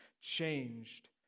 changed